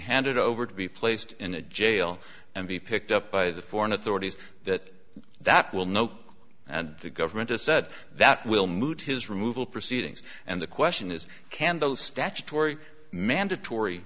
handed over to be placed in a jail and be picked up by the foreign authorities that that will know and the government has said that will move his removal proceedings and the question is can the statutory mandatory